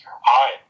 hi